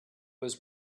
was